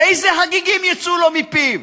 איזה הגיגים יצאו לו מפיו?